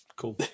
cool